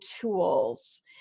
tools